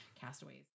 Castaways